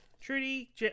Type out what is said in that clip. Trudy